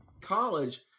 college